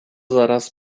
zaraz